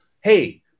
hey